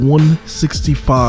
165